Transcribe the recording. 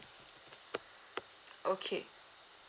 okay